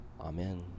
Amen